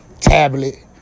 tablet